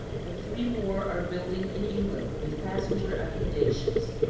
but three more are building in england with passenger accommodations.